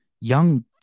young